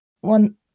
one